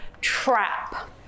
Trap